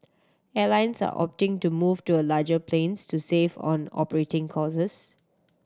airlines are opting to move to a larger planes to save on operating costs